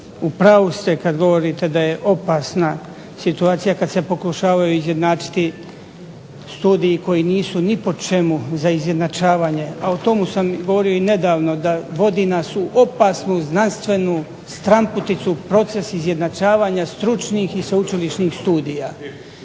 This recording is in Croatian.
u pravu ste kad govorite da je opasna situacija kad se pokušavaju izjednačiti studiji koji nisu ni po čemu za izjednačavanje, a o tomu sam govorio i nedavno da vodi nas u opasnu znanstvenu stranputicu proces izjednačavanja stručnih i sveučilišnih studija.